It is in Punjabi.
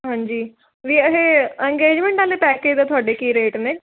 ਹਾਂਜੀ ਵੀ ਇਹ ਇੰਗੇਜਮੈਂਟ ਵਾਲੇ ਪੈਕਜ ਦੇ ਤੁਹਾਡੇ ਕੀ ਰੇਟ ਨੇ